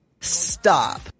Stop